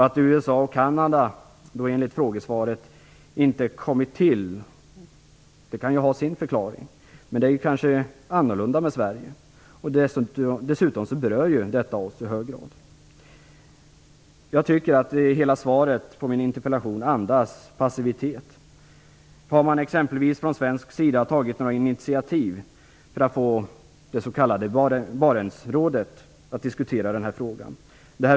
Att USA och Kanada enligt frågesvaret inte kommit till kan ha sin förklaring. Men det är kanske annorlunda med Sverige. Dessutom berör ju detta oss i hög grad. Jag tycker att hela svaret på min interpellation andas passivitet. Har man exempelvis från svensk sida tagit några initiativ för att få det s.k. Barentsrådet att diskutera den här frågan?